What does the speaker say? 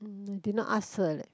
mm I did not ask her leh